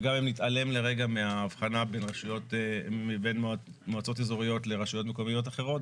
גם אם נתעלם לרגע מההבחנה בין מועצות אזוריות לרשויות מקומיות אחרות,